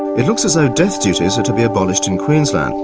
it looks as though death duties are to be abolished in queensland.